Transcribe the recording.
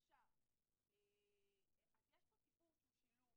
אז יש פה סיפור שהוא שילוב,